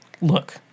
Look